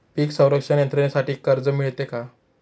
पीक संरक्षण यंत्रणेसाठी कर्ज मिळते का?